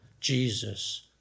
Jesus